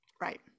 Right